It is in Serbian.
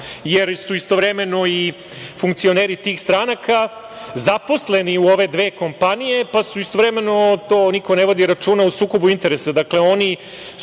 jer su istovremeno i funkcioneri tih stranaka zaposleni u ove dve kompanije, pa su istovremeno, to niko ne vodi računa, u sukobu interesa.